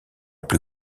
plus